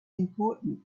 important